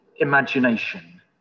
imagination